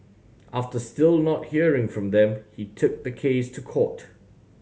after still not hearing from them he took the case to court